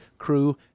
crew